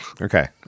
Okay